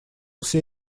все